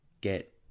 get